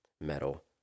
metal